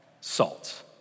salt